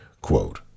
Quote